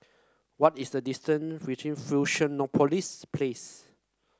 what is the distance reaching Fusionopolis Place